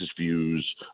views